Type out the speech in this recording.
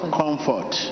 comfort